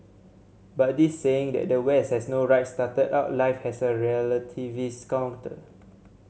but this saying that the West has no right started out life has a relativists counter